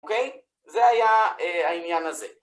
אוקיי? זה היה העניין הזה.